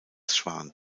schwan